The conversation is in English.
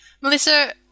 Melissa